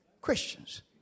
Christians